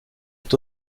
est